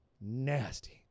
Nasty